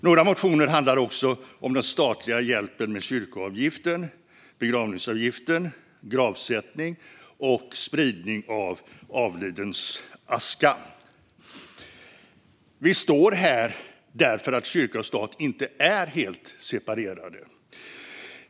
Några motioner handlar också om den statliga hjälpen med kyrkoavgiften, begravningsavgiften, gravsättning och spridning av avlidens aska. Vi står också här därför att kyrka och stat inte är helt separerade.